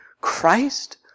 Christ